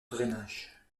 drainage